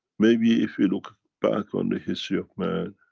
maybe, if you look back on the history of man,